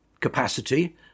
capacity